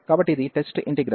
కాబట్టి ఇది test integral